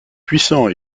puissant